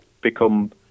become